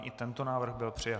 I tento návrh byl přijat.